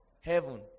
heaven